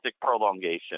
prolongation